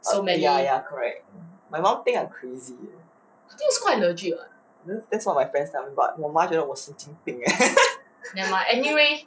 ya ya correct my mom think I crazy eh that what my friends tell me ah but 我妈觉得我神经病 eh